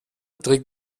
trägt